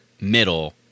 middle –